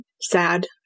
sad